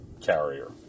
carrier